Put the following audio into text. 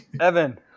Evan